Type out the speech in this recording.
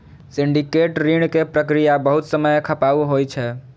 syndicate ऋण के प्रक्रिया बहुत समय खपाऊ होइ छै